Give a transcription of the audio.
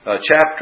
chapter